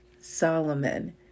Solomon